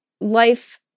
life